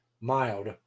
Mild